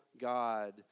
God